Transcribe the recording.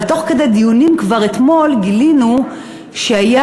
אבל תוך כדי דיונים כבר אתמול גילינו שהייתה